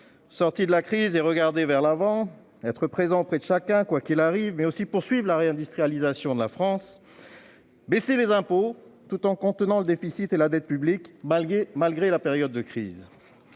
sortir de la crise et regarder vers l'avant ; être présent auprès de chacun, quoi qu'il arrive, mais aussi poursuivre la réindustrialisation de la France ; baisser les impôts tout en contenant le déficit et la dette publics, ... Parlons-en !...